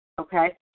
okay